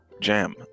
Jam